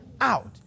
Out